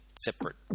separate